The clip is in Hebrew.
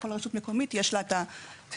לכל רשות מקומית יש את התנאים,